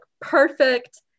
perfect